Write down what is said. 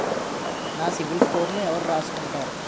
నా సిబిల్ స్కోరును ఎవరు రాసుకుంటారు